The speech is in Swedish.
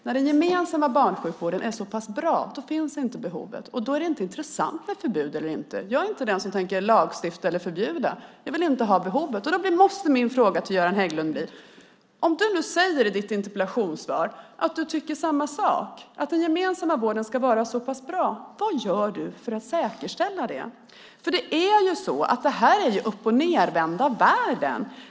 När den gemensamma barnsjukvården är så pass bra finns inte behovet, och då är det inte intressant med förbud eller inte. Jag är inte den som tänker lagstifta eller förbjuda. Jag vill inte ha behovet. Då måste jag ställa en fråga till Göran Hägglund. Om du nu säger i ditt interpellationssvar att du tycker samma sak, att den gemensamma vården ska vara så pass bra, undrar jag: Vad gör du för att säkerställa det? Det här är ju uppochnedvända världen.